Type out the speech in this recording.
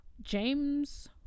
James